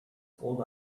called